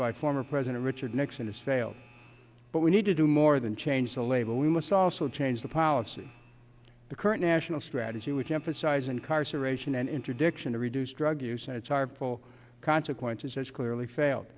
by former president richard nixon has failed but we need to do more than change the label we must also change the policy the current national strategy which emphasizes incarceration and interdiction to reduce drug use and it's hard pull consequences has clearly failed